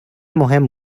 مهم